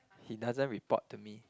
he doesn't report to me